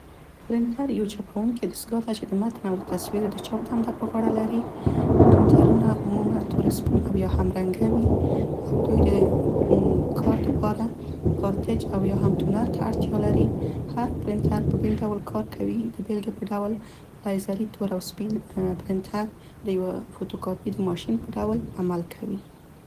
پرینتر یو چاپونکي دستګاه ده چې د متن او د تصویر د چاپ دنده په غاړه لري. پرینترونه عموماً تور او سپین او یا هم رنګه وي، دوی د کار د پاره کارتریج یا هم تونر ته اړتیا لري. هر پرینتر په بیل ډول کار کوي، د بیلګې په ډول لایزري تور او سپین پرینتر د یوه فوتو کاپي د ماشین په ډول عمل کوي.